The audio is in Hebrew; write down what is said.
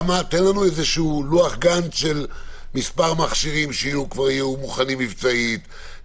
שתיתן לנו גאנט של מספר מכשירים שכבר יהיו מוכנים מבצעית.